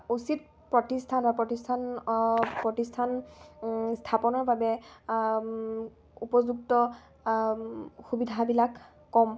উচিত প্ৰতিষ্ঠানৰ প্ৰতিষ্ঠান প্ৰতিষ্ঠান স্থাপনৰ বাবে উপযুক্ত সুবিধাবিলাক কম